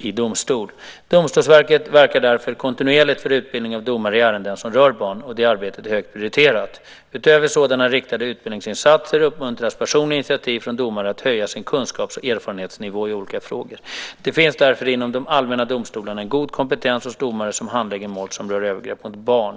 i domstol. Domstolsverket verkar därför kontinuerligt för utbildning av domare i ärenden som rör barn, och det arbetet är högt prioriterat. Utöver sådana riktade utbildningsinsatser uppmuntras personliga initiativ från domare att höja sin kunskaps och erfarenhetsnivå i olika frågor. Det finns därför inom de allmänna domstolarna en god kompetens hos domare som handlägger mål som rör övergrepp mot barn.